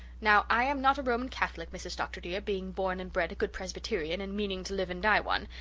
now, i am not a roman catholic, mrs. dr. dear, being born and bred a good presbyterian and meaning to live and die one,